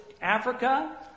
Africa